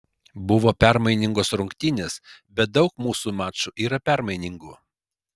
buvo permainingos rungtynės bet daug mūsų mačų yra permainingų